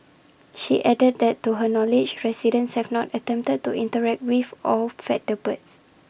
she added that to her knowledge residents have not attempted to interact with or feed the birds